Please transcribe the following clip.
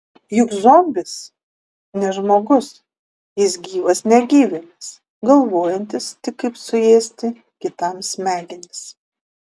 juk zombis ne žmogus jis gyvas negyvėlis galvojantis tik kaip suėsti kitam smegenis